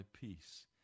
peace